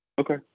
Okay